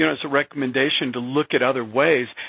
you know, as a recommendation to look at other ways.